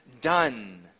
done